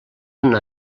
una